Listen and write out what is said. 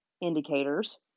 indicators